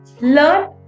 learn